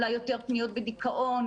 אולי יותר פניות בדיכאון,